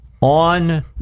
on